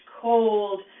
cold